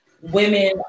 women